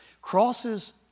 crosses